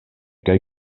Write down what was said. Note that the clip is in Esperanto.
kaj